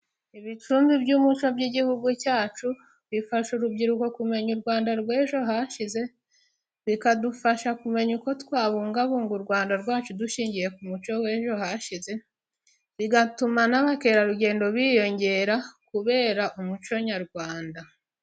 Ibicumbi by'umuco by'igihugu cyacu, bifasha urubyiruko kumenya u Rwanda rw'ejo hashize, bikadufasha kumenya uko twabungabunga u Rwanda rwacu dushingiye ku muco w'ejo hashize, bigatuma n'abakerarugendo biyongera kubera umuco nyarwanda.